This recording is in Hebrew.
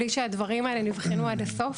מבלי שהדברים האלה נבחנו עד הסוף.